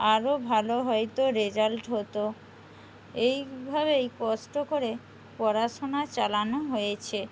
আরও ভালো হয়তো রেজাল্ট হতো এইভাবেই কষ্ট করে পড়াশুনা চালানো হয়েছে